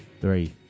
Three